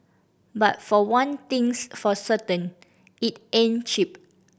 but for one thing's for certain it ain't cheap